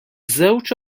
żewġ